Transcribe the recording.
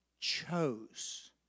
chose